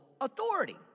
authority